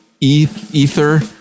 ether